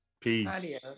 Peace